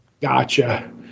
Gotcha